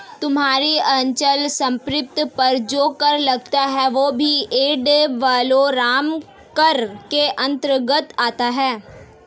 तुम्हारी अचल संपत्ति पर जो कर लगता है वह भी एड वलोरम कर के अंतर्गत आता है